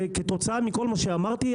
כתוצאה מכל מה שאמרתי,